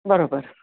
बरोबर